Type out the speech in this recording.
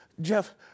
Jeff